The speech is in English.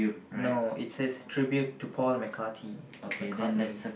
no it says tribute to Paul-McCartney